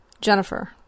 Jennifer